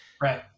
Right